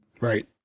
Right